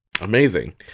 Amazing